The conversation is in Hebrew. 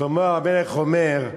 שלמה המלך אומר: